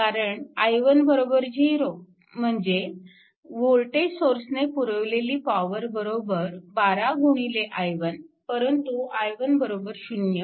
कारण i1 0 म्हणजे voltage सोर्सने पुरविलेली पॉवर 12 गुणिले i1 परंतु i1 0